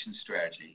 strategy